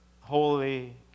Holy